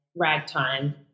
ragtime